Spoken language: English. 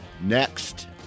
Next